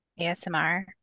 ASMR